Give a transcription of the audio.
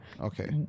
Okay